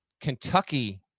Kentucky